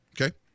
Okay